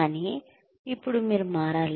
కానీ ఇప్పుడు మీరు మారాలి